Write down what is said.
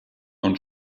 und